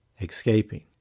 escaping